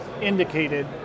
indicated